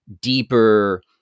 deeper